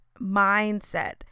mindset